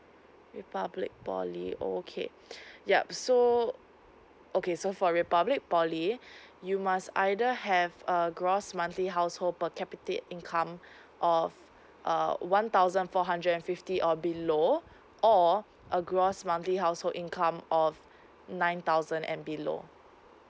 replublic poly orh okay yup so uh okay so for republic poly you must either have err gross monthly household per capita income of a one thousand four hundred and fifty or below or a gross monthly household income of nine thousand and below